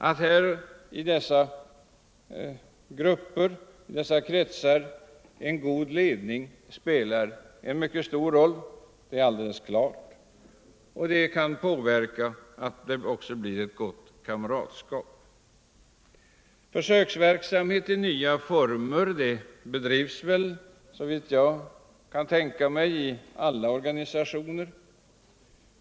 Att i dessa kretsar en god ledning spelar en mycket stor roll är alldeles klart. En god ledning kan starkt medverka till att det blir ett gott kamratskap. Försöksverksamhet i nya former bedrivs, såvitt jag vet, i alla organisationer.